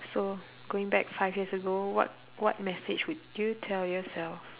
so going back five years ago what what message would you tell yourself